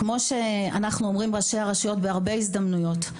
כפי שראשי הרשויות אומרים בהרבה הזדמנויות,